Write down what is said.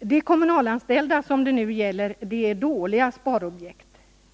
De kommunalanställda som det nu gäller är dåliga sparobjekt.